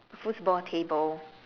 foosball table